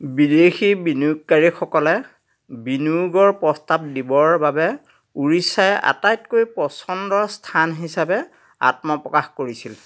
বিদেশী বিনিয়োগকাৰীসকলে বিনিয়োগৰ প্ৰস্তাৱ দিবৰ বাবে উৰিষ্যাই আটাইতকৈ পচন্দৰ স্থান হিচাপে আত্মপ্ৰকাশ কৰিছিল